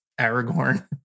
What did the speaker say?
Aragorn